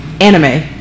anime